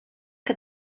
que